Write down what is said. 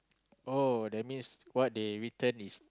oh that means what they written is